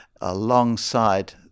alongside